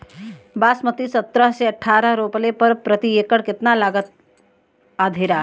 बासमती सत्रह से अठारह रोपले पर प्रति एकड़ कितना लागत अंधेरा?